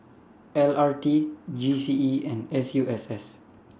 L R T G C E and S U S S